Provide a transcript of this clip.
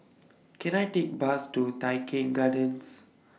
Can I Take Bus to Tai Keng Gardens